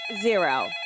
zero